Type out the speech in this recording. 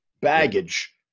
baggage